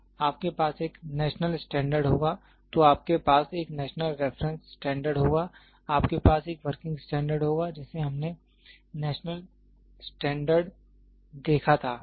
आपके पास एक नेशनल स्टैंडर्ड होगा तो आपके पास एक नेशनल रेफरेंस स्टैंडर्ड होगा आपके पास एक वर्किंग स्टैंडर्ड होगा जिसे हमने नेशनल स्टैंडर्ड देखा था